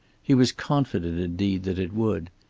he was confident, indeed, that it would.